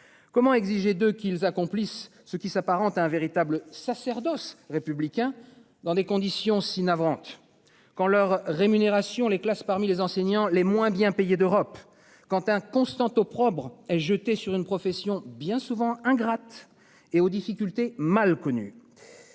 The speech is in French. Comment exiger d'eux qu'ils accomplissent. Ce qui s'apparente à un véritable sacerdoce républicain dans des conditions si navrante. Quand leur rémunération les classe parmi les enseignants, les moins bien payés d'Europe. Quentin constante opprobre jeté sur une profession bien souvent ingrate et aux difficultés mal connu.